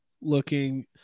looking